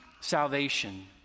salvation